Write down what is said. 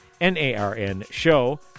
N-A-R-N-Show